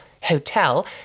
Hotel